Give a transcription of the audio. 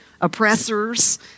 oppressors